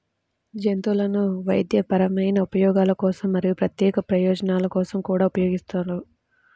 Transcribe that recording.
జంతువులను వైద్యపరమైన ఉపయోగాల కోసం మరియు ప్రత్యేక ప్రయోజనాల కోసం కూడా ఉపయోగిస్తారు